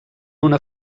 una